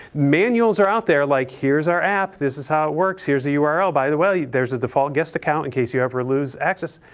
manuals are out there like here's our app, this is how it works, here's the url, by the way there's a default guest account in case you ever lose access.